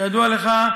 כידוע לך,